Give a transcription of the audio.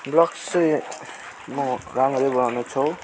blogs चाहिँ म राम्ररी बनाउने छु